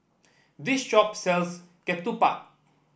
this shop sells Ketupat